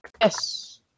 Yes